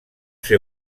ser